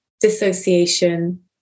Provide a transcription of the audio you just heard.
dissociation